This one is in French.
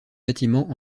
bâtiments